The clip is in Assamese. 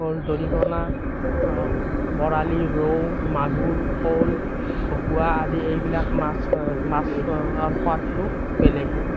দৰিকণা বৰালি ৰৌ মাগুৰ শ'ল ভকুৱা আদি এইবিলাক মাছ মাছৰ সোৱাদটো বেলেগ